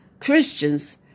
Christians